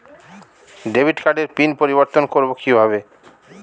Debit কার্ডের PIN পরিবর্তন করবো কীভাবে?